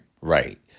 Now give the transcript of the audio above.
Right